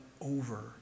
Over